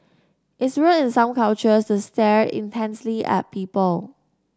it's rude in some cultures to stare intensely at people